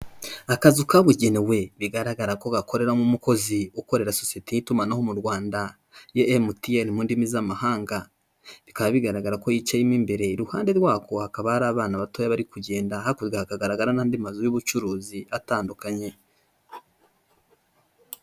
Akazu kabugenewe bigaragara ko gakoreramo umukozi ukorera sosiyete y'itumanaho mu Rwanda ya MTN mu ndimi z'amahanga. Bikaba bigaragara ko yicayemo imbere. Iruhande rwako hakaba hari abana batoya bari kugenda, hakurya hakagaragara n'andi mazu y'ubucuruzi atandukanye.